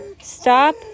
Stop